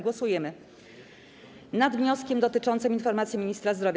Głosujemy nad wnioskiem dotyczącym informacji ministra zdrowia.